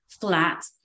flat